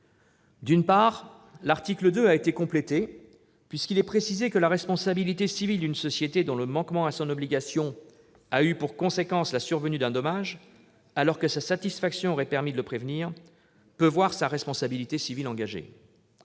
D'une part, l'article 2 a été complété, puisqu'il est précisé que peut être engagée la responsabilité civile d'une société dont le manquement à son obligation a eu pour conséquence la survenue d'un dommage, alors que sa satisfaction aurait permis de le prévenir. D'autre part, il est